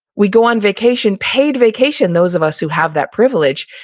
we go on vacation, paid vacation, those of us who have that privilege,